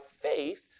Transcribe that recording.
faith